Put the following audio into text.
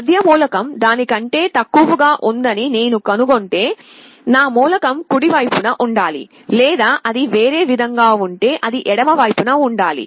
మధ్య మూలకం దాని కంటే తక్కువగా ఉందని నేను కనుగొంటే నా మూలకం కుడి వైపున ఉండాలి లేదా అది వేరే విధంగా ఉంటే అది ఎడమ వైపున ఉండాలి